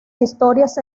historias